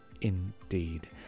indeed